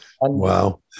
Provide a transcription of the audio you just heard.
Wow